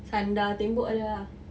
sandar tembok ada lah